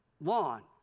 lawn